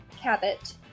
Cabot